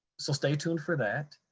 so stay tuned for that.